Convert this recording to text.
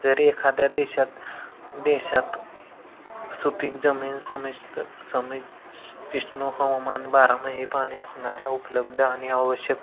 जरी एखाद्या देशात देशात सुपीक जमीन समिष्ट समितिष्णू हवामान बारामाही पाणी असणाऱ्या उपलब्ध आणि आवश्यक